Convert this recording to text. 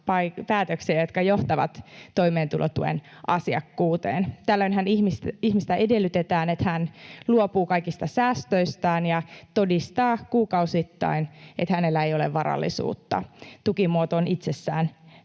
jotka johtavat toimeentulotuen asiakkuuteen. Tällöinhän ihmiseltä edellytetään, että hän luopuu kaikista säästöistään ja todistaa kuukausittain, että hänellä ei ole varallisuutta. Tukimuoto on itsessään